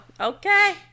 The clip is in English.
Okay